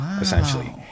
essentially